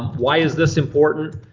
why is this important?